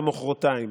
ומוחרתיים".